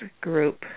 group